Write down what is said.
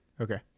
Okay